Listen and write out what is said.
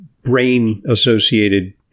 brain-associated